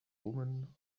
woman